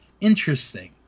interesting